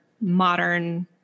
modern